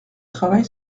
travail